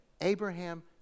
Abraham